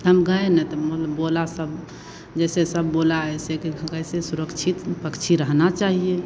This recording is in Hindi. हम गए न तो मने बोला सब जैसे सब बोला ऐसे के कैसे सुरक्षित पक्षी रहना चाहिए